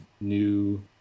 new